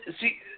see